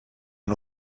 han